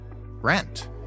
rent